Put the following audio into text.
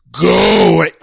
go